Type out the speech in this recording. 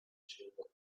chamber